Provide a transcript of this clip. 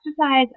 exercise